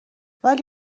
ولی